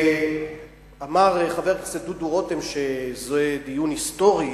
אמר חבר הכנסת דודו רותם שזה דיון היסטורי